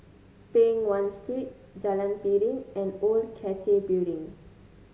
Peng Nguan Street Jalan Piring and Old Cathay Building